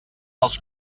els